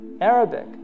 Arabic